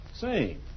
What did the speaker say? Say